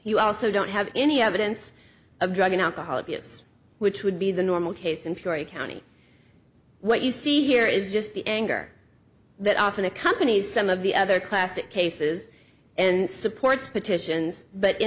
you also don't have any evidence of drug and alcohol abuse which would be the normal case in peoria county what you see here is just the anger that often accompanies some of the other classic cases and supports petitions but in